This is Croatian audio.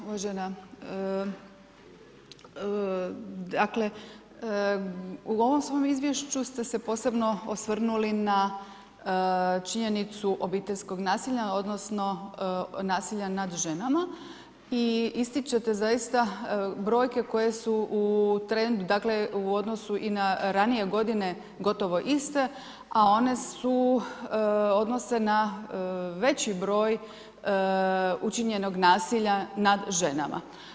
Uvažena, dakle u ovom svom izvješću ste se posebno osvrnuli na činjenicu obiteljskog nasilja, odnosno nasilja nad ženama i ističete zaista brojke koje su u trendu, dakle u odnosu i na ranije godine gotovo iste, a one se odnose na veći broj učinjenog nasilja nad ženama.